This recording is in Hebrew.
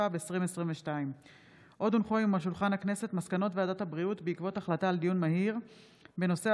התשפ"ב 2022. מסקנות ועדת הבריאות בעקבות דיון מהיר בהצעתם